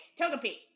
togepi